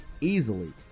easily